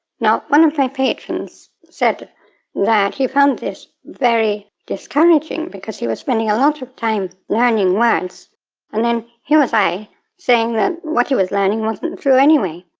now, one of my patrons said that he found this very discouraging because he was spending a lot of time learning words and then here was i saying that what he was learning wasn't true anyway.